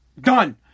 Done